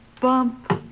bump